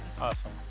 Awesome